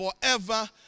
forever